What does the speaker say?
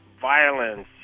violence